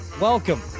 welcome